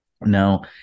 Now